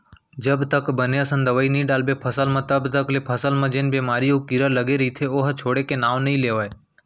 जब तक बने असन दवई नइ डालबे फसल म तब तक ले फसल म जेन बेमारी अउ कीरा लगे रइथे ओहा छोड़े के नांव नइ लेवय